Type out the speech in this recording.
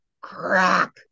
crack